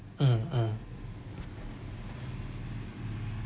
mm mm